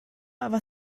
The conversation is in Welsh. efo